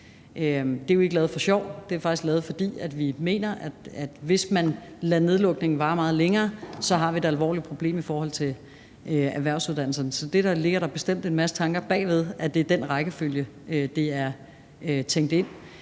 Det er jo ikke lavet for sjov; det er faktisk lavet, fordi vi mener, at hvis man lader nedlukningen vare meget længere, har vi et alvorligt problem i forhold til erhvervsuddannelserne. Så der ligger bestemt en masse tanker bag ved, at det er i den rækkefølge, det er tænkt ind.